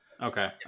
Okay